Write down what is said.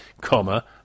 comma